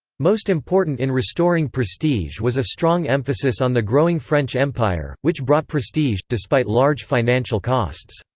most important in restoring prestige was a strong emphasis on the growing french empire, which brought prestige, despite large financial costs.